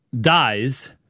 dies